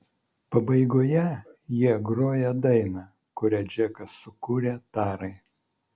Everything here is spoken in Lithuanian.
pabaigoje jie groja dainą kurią džekas sukūrė tarai